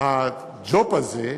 שהג'וב הזה,